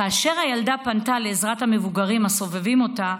כאשר הילדה פנתה לעזרת המבוגרים הסובבים אותה,